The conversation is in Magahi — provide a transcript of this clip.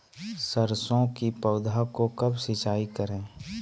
सरसों की पौधा को कब सिंचाई करे?